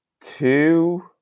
two